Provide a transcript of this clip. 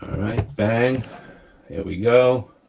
right, bang, there we go.